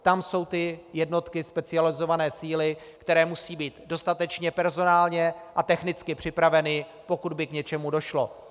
Tam jsou jednotky specializované síly, které musí být dostatečně personálně a technicky připraveny, pokud by k něčemu došlo.